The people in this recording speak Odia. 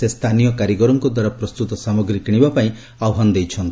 ସେ ସ୍ଥାନୀୟ କାରିଗରଙ୍କ ଦ୍ୱାରା ପ୍ରସ୍ତୁତ ସାମଗ୍ରୀ କିଣିବା ପାଇଁ ଆହ୍ୱାନ ଦେଇଛନ୍ତି